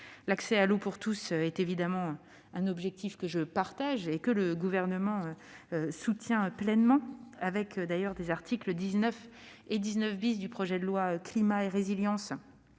L'accès à l'eau pour tous est évidemment un objectif que je partage et auquel le Gouvernement souscrit pleinement. À cet égard, les articles 19 et 19 du projet de loi Climat et résilience,